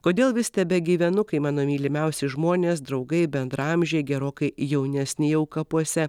kodėl vis tebegyvenu kai mano mylimiausi žmonės draugai bendraamžiai gerokai jaunesni jau kapuose